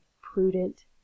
prudent